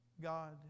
God